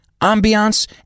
ambiance